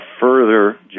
further